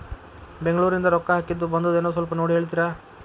ಬೆಂಗ್ಳೂರಿಂದ ರೊಕ್ಕ ಹಾಕ್ಕಿದ್ದು ಬಂದದೇನೊ ಸ್ವಲ್ಪ ನೋಡಿ ಹೇಳ್ತೇರ?